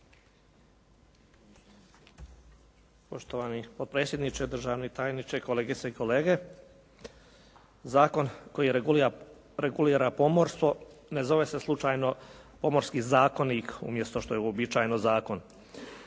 Poštovani potpredsjedniče, državni tajniče, kolegice i kolege. Zakon koji regulira pomorstvo ne zove se slučajno Pomorski zakonik, umjesto što je uobičajeno zakon.